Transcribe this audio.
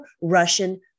Russian